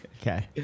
Okay